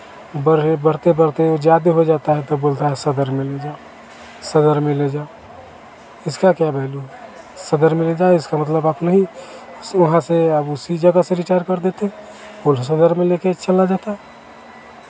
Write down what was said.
बढ़ बढ़ते बढ़ते ज़्यादे हो जाता है तो बोल रहा सदर में ले जाओ सदर में ले जाओ उसका क्या वैलू है सदर में ले जाएँ इसका मतलब आप नहीं वहाँ से आप उसी जगह से डिस्चार्ज़ कर देते सदर में ले के चला जाता